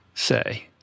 say